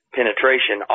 Penetration